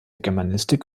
germanistik